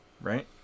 Right